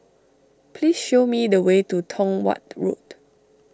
please show me the way to Tong Watt Road